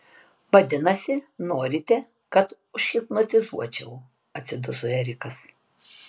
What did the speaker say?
vadinasi norite kad užhipnotizuočiau atsiduso erikas